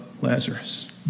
Lazarus